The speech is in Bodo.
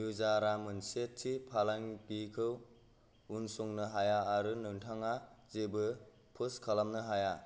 युजारा मोनसे थि फालांगिखौ उनसंनो हाया आरो नोंथाङा जेबो पस्ट खालामनो हाया